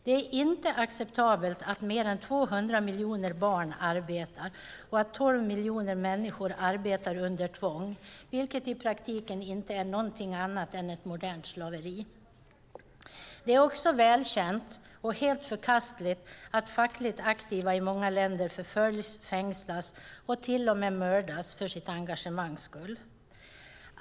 Det är inte acceptabelt att mer än 200 miljoner barn arbetar och att 12 miljoner människor arbetar under tvång, vilket i praktiken inte är någonting annat än ett modernt slaveri. Det är också välkänt och helt förkastligt att fackligt aktiva i många länder förföljs, fängslas och till och med mördas för sitt engagemangs skull.